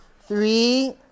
three